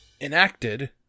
enacted